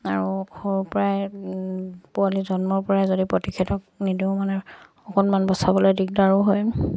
আৰু সৰুৰ পৰাই পোৱালি জন্মৰ পৰাই যদি প্ৰতিষেধক নিদিওঁ মানে অকণমান বচাবলৈ দিগদাৰো হয়